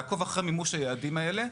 לעקוב אחרי מימוש היעדים האלה,